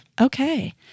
Okay